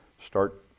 start